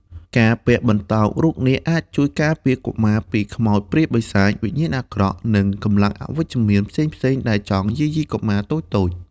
ការពាក់បន្តោងរូបនាគអាចជួយការពារកុមារពីខ្មោចព្រាយបិសាច វិញ្ញាណអាក្រក់ និងកម្លាំងអវិជ្ជមានផ្សេងៗដែលចង់យាយីកុមារតូចៗ។